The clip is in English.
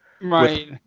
Right